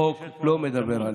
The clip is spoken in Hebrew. החוק לא מדבר עליהם.